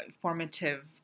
formative